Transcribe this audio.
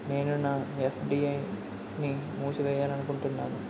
నేను నా ఎఫ్.డి ని మూసివేయాలనుకుంటున్నాను